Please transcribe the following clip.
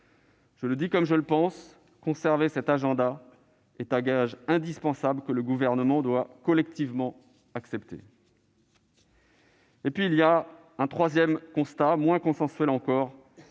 Je le dis comme je le pense, conserver cet agenda est un gage indispensable, que le Gouvernement doit collectivement accepter. Il y a un troisième constat, moins consensuel :